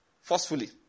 Forcefully